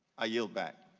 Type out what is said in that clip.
i yield back.